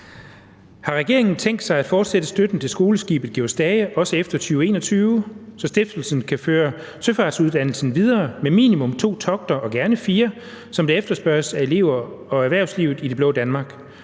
Har regeringen tænkt sig at fortsætte støtten til skoleskibet »Georg Stage« også efter 2021, så stiftelsen kan føre søfartsuddannelsen videre med minimum to togter og gerne fire, som der efterspørges af elever og erhvervslivet i Det Blå Danmark,